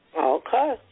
Okay